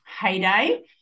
heyday